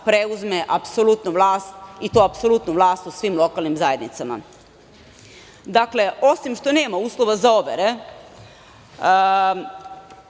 preuzme apsolutnu vlast i to apsolutnu vlast u svim lokalnim zajednicama. Dakle, osim što nema uslova za overe